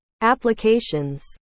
Applications